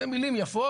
זה מילים יפות,